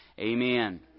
Amen